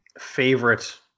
favorite